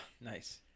Nice